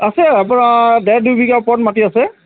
আছে আপোনাৰ ডেৰ দুই বিঘাৰ ওপৰত মাটি আছে